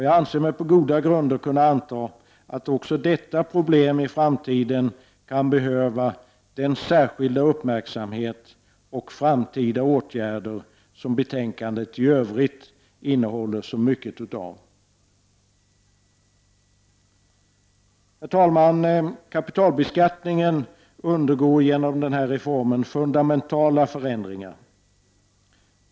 Jag anser mig på goda grunder kunna anta 81 att också detta problem i framtiden kan behöva ”den särskilda uppmärksamhet och de framtida åtgärder” som betänkandet i övrigt innehåller så mycket av. Herr talman! Kapitalbeskattningen undergår genom den här reformen fundamentala förändringar.